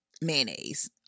mayonnaise